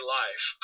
life